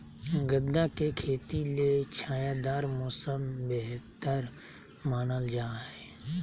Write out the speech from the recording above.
गदा के खेती ले छायादार मौसम बेहतर मानल जा हय